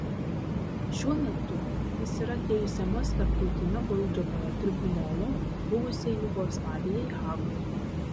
šiuo metu jis yra teisiamas tarptautinio baudžiamojo tribunolo buvusiai jugoslavijai hagoje